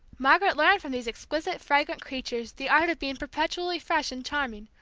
margaret learned from these exquisite, fragrant creatures the art of being perpetually fresh and charming,